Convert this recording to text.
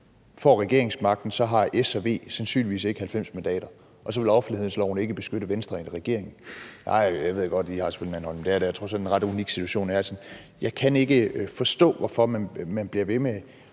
får regeringsmagten, har S og V sandsynligvis ikke 90 mandater, og så vil offentlighedsloven ikke beskytte Venstre i en regering. Jeg ved godt, at I selvfølgelig har en anden holdning, men det her er trods alt en ret unik situation. Jeg kan ikke forstå, hvorfor man bliver ved med